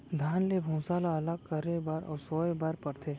धान ले भूसा ल अलग करे बर ओसाए बर परथे